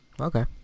Okay